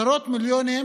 עשרות מיליונים